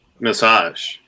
Massage